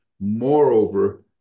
Moreover